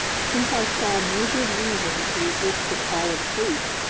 since i saw no good reason to resist the call of sleep,